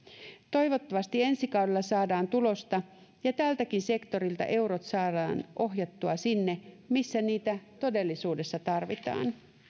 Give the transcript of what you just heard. toivottavasti ensi kaudella saadaan tulosta ja tältäkin sektorilta eurot saadaan ohjattua sinne missä niitä todellisuudessa tarvitaan